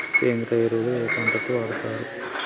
సేంద్రీయ ఎరువులు ఏ పంట కి వాడుతరు?